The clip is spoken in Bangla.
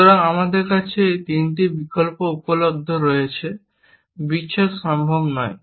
সুতরাং আমাদের কাছে এই 3টি বিকল্প উপলব্ধ রয়েছে বিচ্ছেদ সম্ভব নয়